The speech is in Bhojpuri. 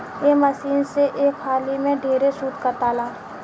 ए मशीन से एक हाली में ढेरे सूत काताला